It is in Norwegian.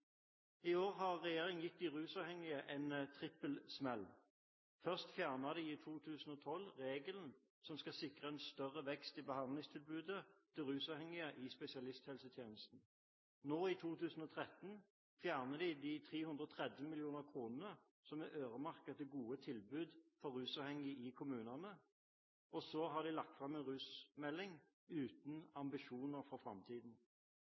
I år har regjeringen gitt de rusavhengige en trippelsmell: Først fjernet de i 2012 regelen som skal sikre en større vekst i behandlingstilbudet til rusavhengige i spesialisthelsetjenesten, i 2013 fjerner de de 330 mill. kr som er øremerket til gode tilbud til rusavhengige i kommunene, og så har de lagt fram en rusmelding uten ambisjoner for framtiden.